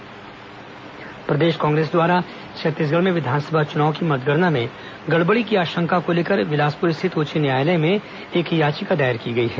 Congress high court याचिका प्रदेश कांग्रेस द्वारा छत्तीसगढ़ में विधानसभा चुनाव की मतगणना में गड़बड़ी की आशंका को लेकर बिलासपुर स्थित उच्च न्यायालय में एक याचिका दायर की गई है